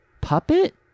puppet